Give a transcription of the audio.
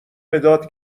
مداد